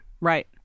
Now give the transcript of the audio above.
Right